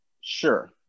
Sure